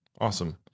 Awesome